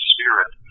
Spirit